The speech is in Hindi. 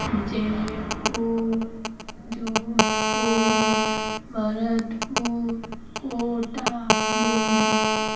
जयपुर जोधपुर भरतपुर कोटा बोंदी